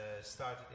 started